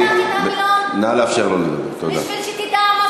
אז אני מבקשת ממך להשתמש במילון בשביל המושג דמוקרטיה.